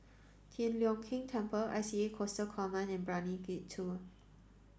Tian Leong Keng Temple I C A Coastal Command and Brani Gate two